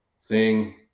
sing